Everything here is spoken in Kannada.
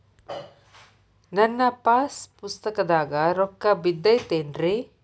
ನನ್ನ ಪಾಸ್ ಪುಸ್ತಕದಾಗ ರೊಕ್ಕ ಬಿದ್ದೈತೇನ್ರಿ?